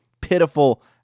pitiful